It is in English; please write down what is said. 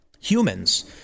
humans